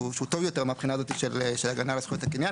טוב יותר מהבחינה הזאת של הגנה על זכות הקניין.